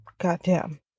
goddamn